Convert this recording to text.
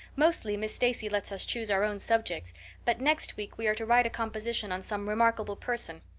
mostly miss stacy lets us choose our own subjects but next week we are to write a composition on some remarkable person.